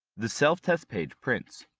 the self-test page prints.